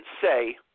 say –